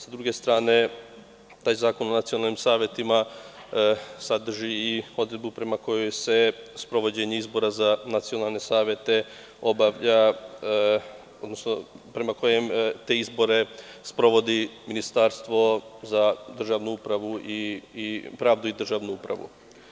Sa druge strane, taj Zakon o nacionalnim savetima sadrži i odredbu prema kojoj se sprovođenje izbora za nacionalne savete obavlja, odnosno prema kojem te izbore sprovodi Ministarstvo za pravdu i državnu upravu.